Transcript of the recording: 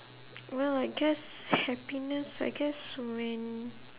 well I guess happiness I guess when